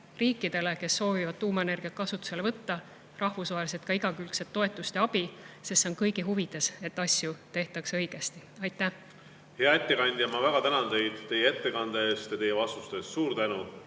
riikidele, kes soovivad tuumaenergiat kasutusele võtta, rahvusvaheliselt igakülgset toetust ja abi. See on kõigi huvides, et asju tehtaks õigesti. Hea ettekandja, ma väga tänan teid teie ettekande eest ja teie vastuste eest. Suur tänu!